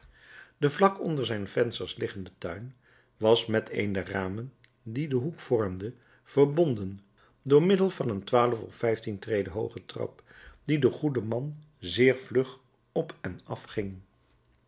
de vlak onder zijn vensters liggende tuin was met een der ramen die den hoek vormde verbonden door middel van een twaalf of vijftien treden hooge trap die de goede man zeer vlug op en afging